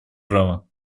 право